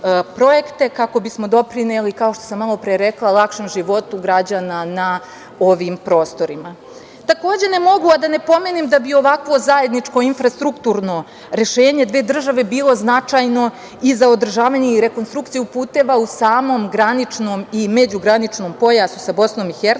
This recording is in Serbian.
projekte, kako bismo doprineli, kao što sam malopre rekla, lakšem životu građana na ovim prostorima. Ne mogu a da ne pomenem da bi ovakvo zajedničko infrastrukturno rešenje dve države bilo značajno i za održavanje i rekonstrukciju puteva u samom graničnom i međugraničnom pojasu sa BiH,